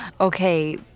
Okay